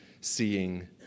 seeing